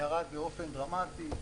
ירד באופן דרמטי.